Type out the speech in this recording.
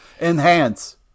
enhance